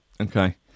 Okay